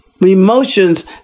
Emotions